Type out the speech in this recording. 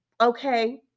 okay